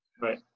Right